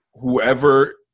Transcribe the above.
whoever